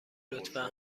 لطفا